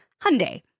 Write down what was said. Hyundai